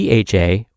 DHA